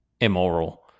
immoral